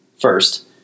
First